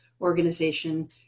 Organization